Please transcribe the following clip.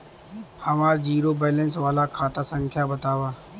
हमार zero balance वाला खाता संख्या वतावा?